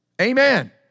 Amen